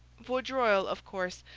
vaudreuil, of course,